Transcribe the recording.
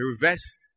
reverse